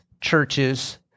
churches